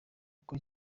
uko